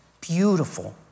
beautiful